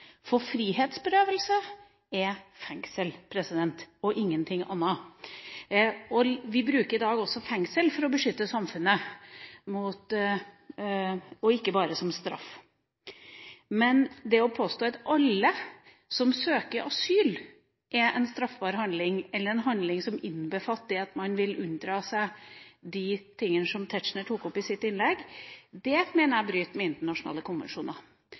for frihetsberøvelse er fengsel – ingenting annet. Vi bruker i dag fengsel også for å beskytte samfunnet, ikke bare som straff. Men det å påstå at alle som søker asyl, utfører en straffbar handling eller en handling som innbefatter at man vil unndra seg de tingene Tetzschner tok opp i innlegget sitt, mener jeg bryter med internasjonale konvensjoner.